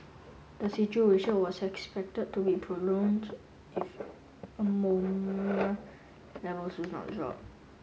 the situation was expected to be prolonged if ammonia levels do not drop